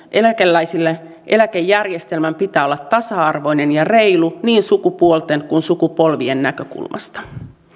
eläkeläisille eläkejärjestelmän pitää olla tasa arvoinen ja reilu niin sukupuolten kuin sukupolvien näkökulmasta